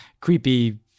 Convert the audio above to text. creepy